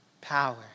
power